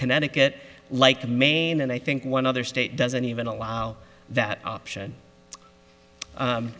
connecticut like the maine and i think one other state doesn't even allow that option